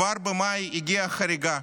כבר במאי הגיעה חריגה,